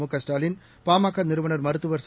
முகஸ்டாலின் பாமகநிறுவனர் மருத்துவர் ச